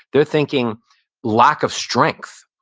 they're thinking lack of strength.